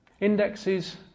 indexes